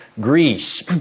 Greece